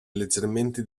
leggermente